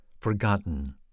forgotten